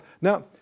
Now